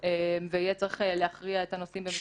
ויהיה צריך להכריע את הנושאים במסגרתה.